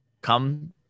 come